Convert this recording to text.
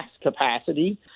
capacity